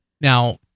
now